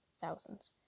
thousands